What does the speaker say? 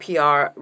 PR